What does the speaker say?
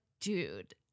dude